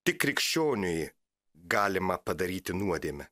tik krikščioniui galima padaryti nuodėmę